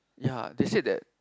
ya they said that